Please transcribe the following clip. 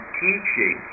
teaching